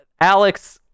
Alex